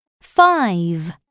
Five